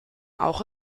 auch